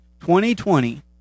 2020